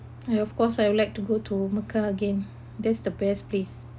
I of course I would like to go to macau again that's the best place